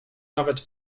nawet